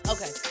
Okay